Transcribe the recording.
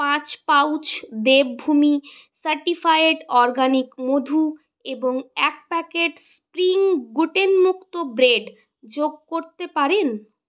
পাঁচ pouch Devbhumi certified organic মধু এবং এক প্যাকেট স্প্রিং গ্লুটেনমুক্ত ব্রেড যোগ করতে পারেন